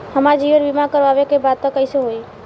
हमार जीवन बीमा करवावे के बा त कैसे होई?